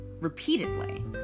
repeatedly